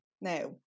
Now